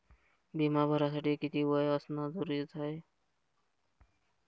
बिमा भरासाठी किती वय असनं जरुरीच हाय?